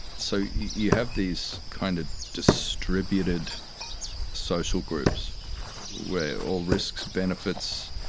so you have these kind of distributed social groups where all risks, benefits,